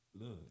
Look